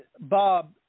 Bob